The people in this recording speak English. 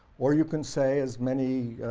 or you can say as many